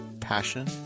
passion